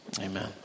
Amen